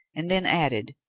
and then added,